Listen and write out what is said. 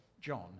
John